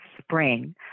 spring